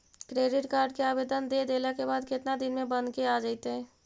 Credit card के आवेदन दे देला के बाद केतना दिन में बनके आ जइतै?